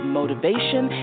motivation